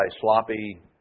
sloppy